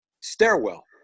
stairwell